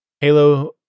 Halo